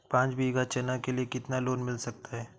पाँच बीघा चना के लिए कितना लोन मिल सकता है?